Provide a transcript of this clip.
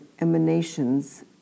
emanations